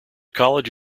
college